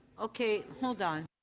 okay hold on,